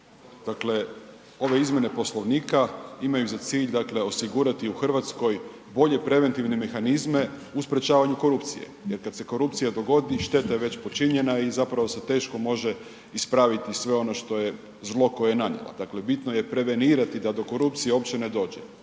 Dakle, ove izmjene Poslovnika imaju za cilj dakle osigurati u Hrvatskoj bolje preventivne mehanizme u sprječavanju korupcije jer kad se korupcija dogodi, šteta je već počinjena i zapravo se teško može ispraviti sve ono što je zlo koje je nanijela. Dakle, bitno je prevenirati da do korupcije uopće ne dođe.